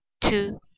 two